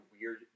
weird